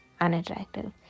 unattractive